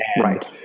Right